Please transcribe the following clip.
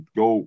go